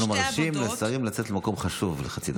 אנחנו מרשים לשרים לצאת למקום חשוב לחצי דקה.